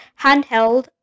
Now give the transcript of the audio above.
handheld